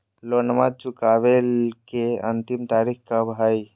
लोनमा चुकबे के अंतिम तारीख कब हय?